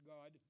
God